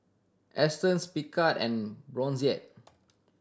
Astons Picard and Brotzeit